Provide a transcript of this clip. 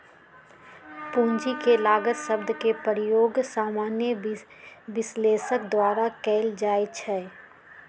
पूंजी के लागत शब्द के प्रयोग सामान्य विश्लेषक द्वारा कएल जाइ छइ